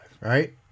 right